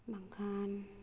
ᱵᱟᱝᱠᱷᱟᱱ